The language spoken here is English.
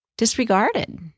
disregarded